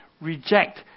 reject